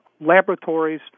laboratories